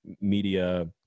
media